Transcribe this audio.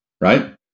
right